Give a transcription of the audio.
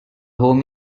home